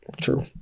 True